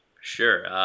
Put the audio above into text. Sure